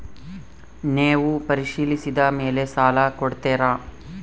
ನೇವು ಪರಿಶೇಲಿಸಿದ ಮೇಲೆ ಸಾಲ ಕೊಡ್ತೇರಾ?